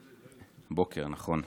נכון.